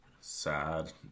sad